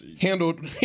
Handled